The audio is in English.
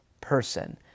person